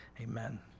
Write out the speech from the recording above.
amen